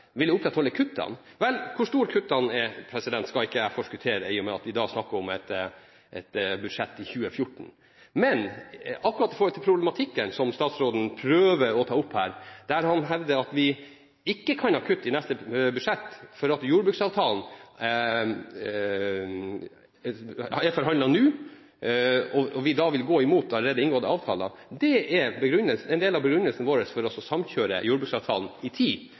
vil opprettholde kuttene. Hvor store kuttene er, skal ikke jeg forskuttere, i og med at vi da snakker om budsjettet for 2014. Men når det gjelder problematikken som statsråden prøver å ta opp, der han hevder at vi ikke kan ha kutt i neste budsjett fordi jordbruksavtalen er ferdigforhandlet nå, og at vi da må gå imot allerede inngåtte avtaler, så er det en del av begrunnelsen vår for å samkjøre jordbruksavtalen i tid